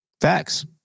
Facts